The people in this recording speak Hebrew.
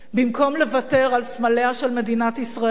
במקום לוותר על סמליה של מדינת ישראל,